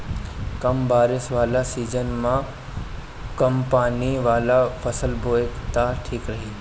कम बारिश वाला सीजन में कम पानी वाला फसल बोए त ठीक रही